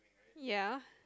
ya